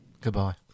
Goodbye